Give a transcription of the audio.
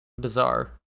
Bizarre